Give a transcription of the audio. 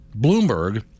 bloomberg